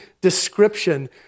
description